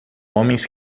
homens